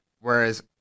whereas